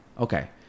okay